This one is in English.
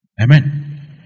Amen